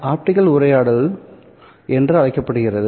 optical உரையாடல் மின்சாரம் என்று அழைக்கப்படுகிறது